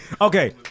Okay